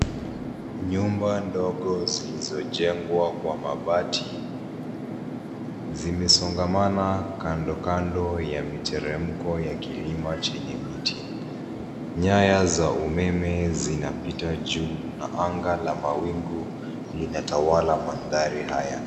Nyumba ndogo zilizojengwa kwa mabati zimesongamana kando kando ya miteremko ya kilima chenye miti, nyaya za umeme zinapita juu na anga la mawingu linatawala mandhari haya.